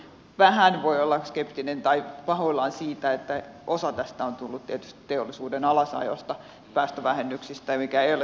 vähän voi olla skeptinen tai pahoillaan siitä että osa tästä on tullut tietysti teollisuuden alasajosta päästövähennyksistä mikä ei ole tietenkään hyvä